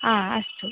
हा अस्तु